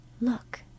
Look